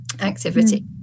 Activity